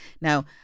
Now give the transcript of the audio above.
Now